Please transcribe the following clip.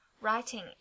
writing